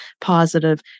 positive